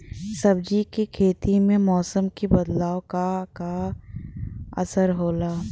सब्जी के खेती में मौसम के बदलाव क का असर होला?